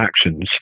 actions